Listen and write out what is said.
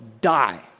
die